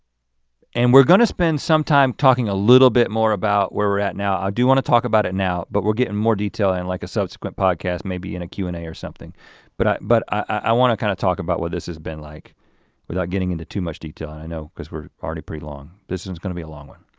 and we're gonna spend some time talking a little bit more about where we're at now. i do wanna talk about it now but we're getting more detail and like a subsequent podcast, maybe in a q and a or something but i but i wanna kind of talk about what this has been like without getting into too much detail and i know because we're already pretty long. this is gonna be a long one.